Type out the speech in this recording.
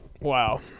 wow